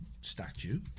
statue